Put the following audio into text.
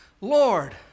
Lord